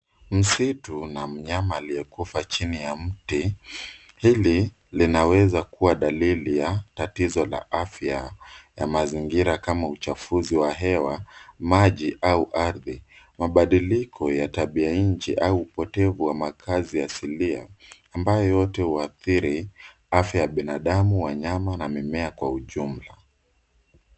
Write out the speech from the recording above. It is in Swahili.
Msitu na mnyama aliyekufa chini ya mti. Hili linaweza kua dalili ya tatizo la afya ya mazingira kama uchafuzi wa hewa, maji au ardhi. Mabadiliko ya tabia nje au upotevu wa kazi asilia ambayo yote huadhiri afya ya binadamu, wanyama na mimea kwa ujumla.